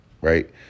right